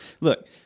Look